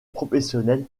professionnels